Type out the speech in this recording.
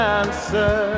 answer